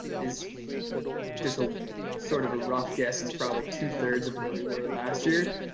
is just so sort of a rough guess, it's probably two-thirds of where we were last year.